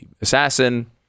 assassin